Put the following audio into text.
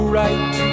right